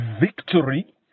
victory